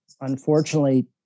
Unfortunately